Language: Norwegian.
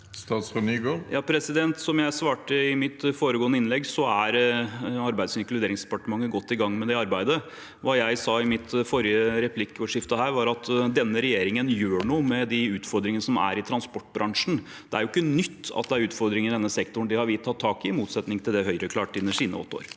Som jeg svarte i mitt foregående innlegg, er Arbeids- og inkluderingsdepartementet godt i gang med det arbeidet. Hva jeg sa i mitt forrige replikksvar, var at denne regjeringen gjør noe med de utfordringene som er i transportbransjen. Det er ikke nytt at det er utfordringer i denne sektoren. Det har vi tatt tak i, motsetning til det Høyre klarte i sine åtte år.